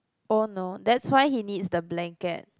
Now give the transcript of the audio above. oh no that's why he needs the blanket